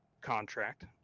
contract